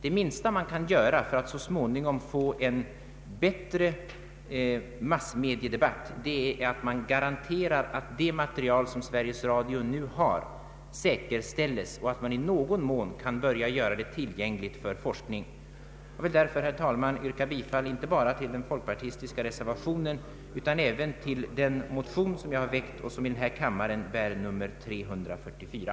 Det minsta man kan göra för att så småningom få en bättre massmediedebatt är att garantera att det material som Sveriges Radio disponerar säkerställs och att man i ökad grad kan börja göra det tillgängligt för forskning. Herr talman! Med stöd av det anförda yrkar jag bifall inte bara till den folkpartistiska reservationen utan även till den motion som jag har väckt och som i denna kammare bär nr 344.